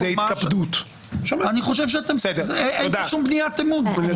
אין כאן שום בניית אמון.